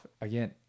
again